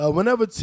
Whenever